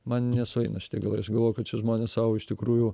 man nesueina šitie galai aš galvoju kad čia žmonės sau iš tikrųjų